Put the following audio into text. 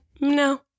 No